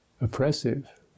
oppressive